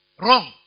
wrong